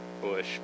Bush